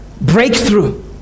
breakthrough